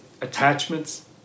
attachments